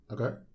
Okay